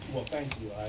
well, thank you,